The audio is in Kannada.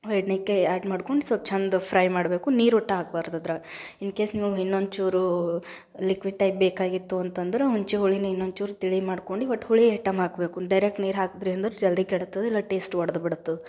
ಬದ್ನಿಕಾಯಿ ಆ್ಯಡ್ ಮಾಡ್ಕೊಂಡು ಸಲ್ಪ್ ಚಂದ ಫ್ರೈ ಮಾಡಬೇಕು ನೀರೊಟ್ಟು ಹಾಕ್ಬಾರ್ದು ಅದ್ರಾಗ ಇನ್ ಕೇಸ್ ನಿಮಗೆ ಇನ್ನೊಂದು ಚೂರು ಲಿಕ್ವಿಡ್ ಟೈಪ್ ಬೇಕಾಗಿತ್ತು ಅಂತಂದ್ರೆ ಹುನ್ಚೆಹುಳೀನೆ ಇನ್ನೊಂದು ಚೂರು ತಿಳಿ ಮಾಡ್ಕೊಂಡು ಒಟ್ಟು ಹುಳಿ ಐಟಮ್ ಹಾಕಬೇಕು ಡೈರೆಕ್ಟ್ ನೀರು ಹಾಕಿದ್ರಿ ಅಂದ್ರೆ ಜಲ್ದಿ ಕೆಡ್ತದೆ ಇಲ್ಲ ಟೇಸ್ಟ್ ಒಡ್ದು ಬಿಡ್ತದೆ